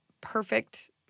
perfect